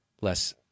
less